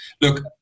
look